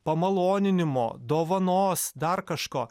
pamaloninimo dovanos dar kažko